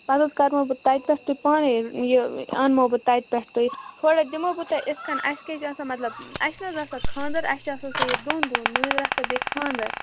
پَتہٕ حظ کَرمو بہٕ تَتہِ پٮ۪ٹھ تُہۍ پانَے یہِ اَنمو بہٕ تَتہِ پٮ۪ٹھ تُہۍ تھوڑا دِمو بہٕ تۄہہِ یِتھ کَن اَسہِ کیٛازِ چھُ آسان مطلب اَسہِ چھِنہٕ حظ آسان خاندَر اَسہِ چھِ آسان سۄ یہِ دۄن دۄن مٲنزِ راتھ تہٕ بیٚیہِ خانٛدَر